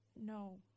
no